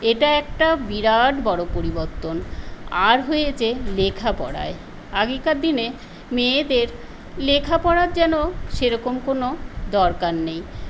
এটা একটা বিরাট বড়ো পরিবর্তন আর হয়েছে লেখাপড়ায় আগেকার দিনে মেয়েদের লেখাপড়ার যেন সেরকম কোনো দরকার নেই